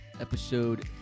episode